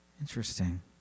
Interesting